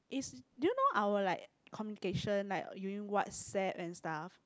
it's do you know our like communication like using WhatsApp and stuff